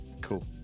Cool